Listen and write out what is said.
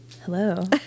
Hello